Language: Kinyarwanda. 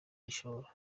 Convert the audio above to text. igishoro